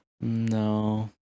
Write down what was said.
No